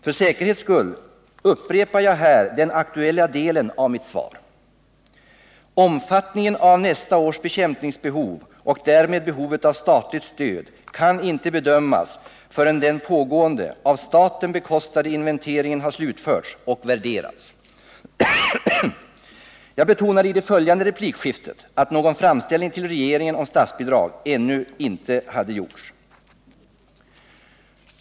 För säkerhets skull upprepar jag här den aktuella delen av mitt svar: Omfattningen av nästa års bekämpningsbehov och därmed behovet av statligt stöd kan inte bedömas förrän den pågående, av staten bekostade inventeringen har slutförts och värderats. — Jag betonade i det följande replikskiftet att någon framställning till regeringen om statsbidrag ännu inte hade gjorts.